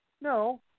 No